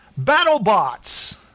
BattleBots